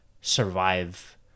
survive